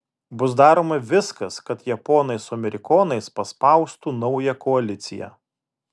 bus daroma viskas kad japonai su amerikonais paspaustų naują koaliciją